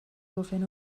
ofyn